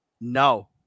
No